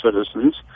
citizens